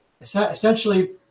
essentially